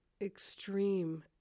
extreme